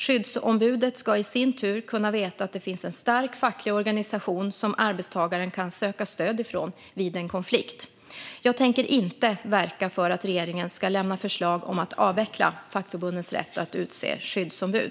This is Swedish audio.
Skyddsombudet ska i sin tur kunna veta att det finns en stark facklig organisation som arbetstagaren kan söka stöd ifrån vid en konflikt. Jag tänker inte verka för att regeringen ska lämna förslag om att avveckla fackförbundens rätt att utse skyddsombud.